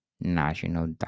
National